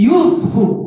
useful